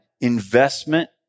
investment